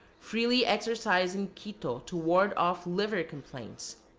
freely exercise in quito to ward off liver complaints.